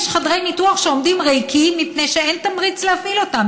יש חדרי ניתוח שעומדים ריקים מפני שאין תמריץ להפעיל אותם,